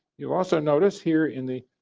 you know ah so notice here in the